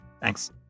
Thanks